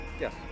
Yes